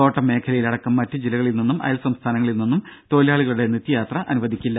തോടം മേഖലയിലടക്കം മറ്റു ജില്ലകളിൽ നിന്നും അയൽ സംസ്ഥാനങ്ങളിൽ നിന്നും തൊഴിലാളികളുടെ നിത്യയാത്ര അനുവദിക്കില്ല